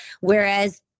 Whereas